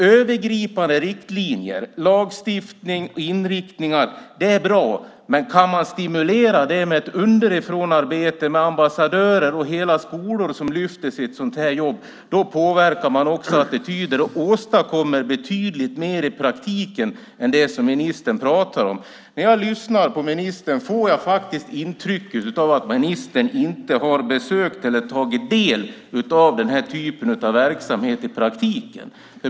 Övergripande riktlinjer, lagstiftning och inriktningar är bra, men kan man stimulera det med ett underifrånarbete med ambassadörer och hela skolor som lyfter sig i ett sådant här jobb påverkar man också attityder och åstadkommer betydligt mer i praktiken än det som ministern pratar om. När jag lyssnar på ministern får jag faktiskt intrycket att ministern inte har besökt eller tagit del av den här typen av verksamhet i praktiken.